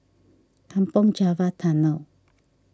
Kampong Java Tunnel